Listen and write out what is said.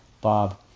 Bob